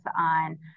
on